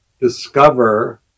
discover